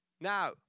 Now